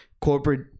corporate